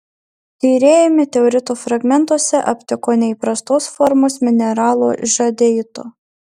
tyrėjai meteorito fragmentuose aptiko neįprastos formos mineralo žadeito